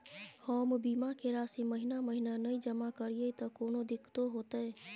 हम बीमा के राशि महीना महीना नय जमा करिए त कोनो दिक्कतों होतय?